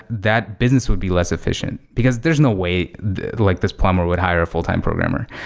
that business would be less efficient, because there's no way like this plumber would hire a full-time programmer.